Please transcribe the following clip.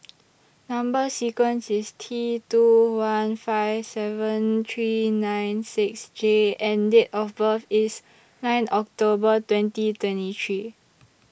Number sequence IS T two one five seven three nine six J and Date of birth IS nine October twenty twenty three